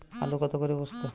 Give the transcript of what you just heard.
আলু কত করে বস্তা?